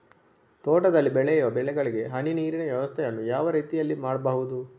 ತೋಟದಲ್ಲಿ ಬೆಳೆಯುವ ಬೆಳೆಗಳಿಗೆ ಹನಿ ನೀರಿನ ವ್ಯವಸ್ಥೆಯನ್ನು ಯಾವ ರೀತಿಯಲ್ಲಿ ಮಾಡ್ಬಹುದು?